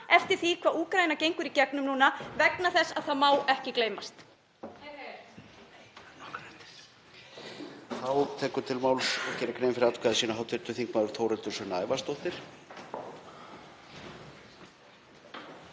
eftir því hvað Úkraína gengur í gegnum núna vegna þess að það má ekki gleymast.